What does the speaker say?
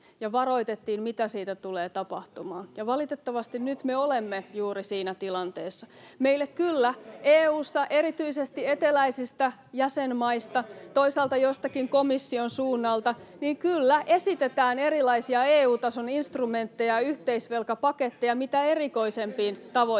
ja varoitettiin, mitä sitten tulee tapahtumaan. Valitettavasti nyt me olemme juuri siinä tilanteessa. [Annika Saarikon välihuuto — Antti Kaikkosen välihuuto] Kyllä, meille EU:ssa erityisesti eteläisistä jäsenmaista, toisaalta jostakin komission suunnalta, kyllä, esitetään erilaisia EU-tason instrumentteja ja yhteisvelkapaketteja mitä erikoisimpiin tavoitteisiin,